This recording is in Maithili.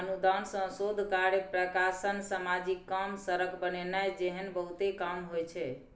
अनुदान सँ शोध कार्य, प्रकाशन, समाजिक काम, सड़क बनेनाइ जेहन बहुते काम होइ छै